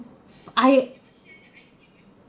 I